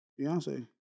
Beyonce